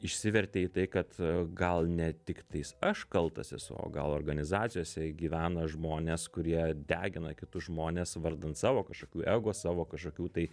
išsivertė į tai kad gal ne tiktais aš kaltas esu o gal organizacijose gyvena žmonės kurie degina kitus žmones vardan savo kažkokių ego savo kažkokių tai